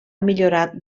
millorat